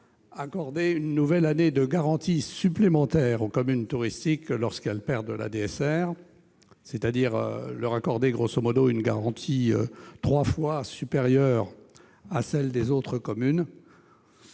accorder une nouvelle année de garantie supplémentaire aux communes touristiques lorsqu'elles perdent la DSR, une telle disposition revient à leur accorder une garantie trois fois supérieure à celle des autres communes.